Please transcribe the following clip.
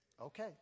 Okay